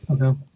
Okay